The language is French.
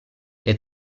est